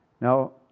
Now